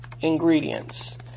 Ingredients